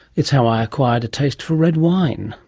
it's how i acquired a taste for red wine